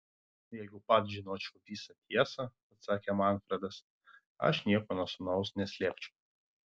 jeigu pats žinočiau visą tiesą atsakė manfredas aš nieko nuo sūnaus neslėpčiau